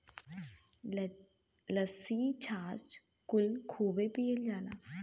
लस्सी छाछ कुल खूबे पियल जाला